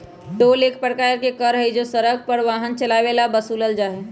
toll एक प्रकार के कर हई जो हम सड़क पर वाहन चलावे ला वसूलल जाहई